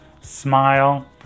smile